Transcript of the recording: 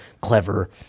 clever